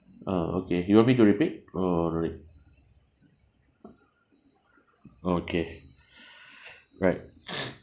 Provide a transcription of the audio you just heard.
ah okay you want me to repeat or no need okay right